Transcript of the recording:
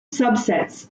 subsets